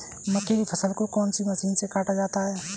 मक्के की फसल को कौन सी मशीन से काटा जाता है?